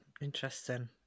Interesting